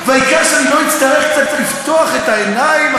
והעיקר שאני לא אצטרך קצת לפתוח את העיניים,